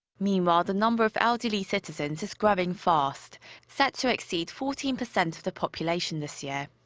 meanwhile, the number of elderly citizens is growing fast set to exceed fourteen percent of the population this year.